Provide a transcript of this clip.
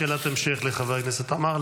שאלת המשך לחבר הכנסת עמאר.